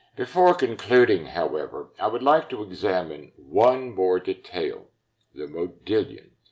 before concluding, however, i would like to examine one more detail the modillion.